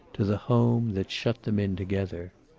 to the home that shut them in together.